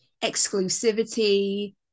exclusivity